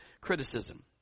criticism